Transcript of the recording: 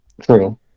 True